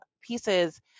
pieces